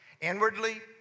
Inwardly